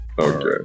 Okay